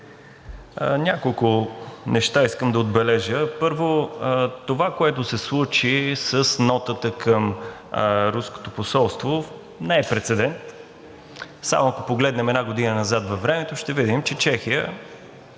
Няколко неща искам да отбележа. Първо, това, което се случи с нотата към Руското посолство, не е прецедент. Само ако погледнем една година назад във времето, ще видим, че Чехия